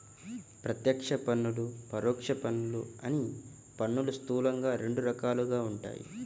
ప్రత్యక్ష పన్నులు, పరోక్ష పన్నులు అని పన్నులు స్థూలంగా రెండు రకాలుగా ఉంటాయి